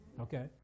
Okay